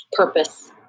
Purpose